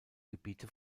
gebiete